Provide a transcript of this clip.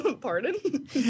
Pardon